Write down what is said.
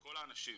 כל האנשים,